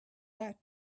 that